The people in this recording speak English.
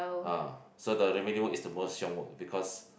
ah so the remaining work is the most 熊 work because